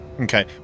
Okay